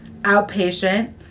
outpatient